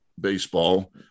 baseball